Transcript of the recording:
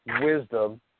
wisdom